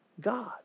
God